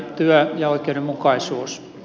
työ ja oikeudenmukaisuus